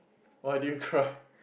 why do you cry